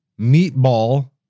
meatball